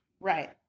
Right